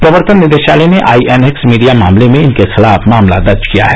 प्रवर्तन निदेशालय ने आईएनएक्स मीडिया मामले में इनके खिलाफ मामला दर्ज किया है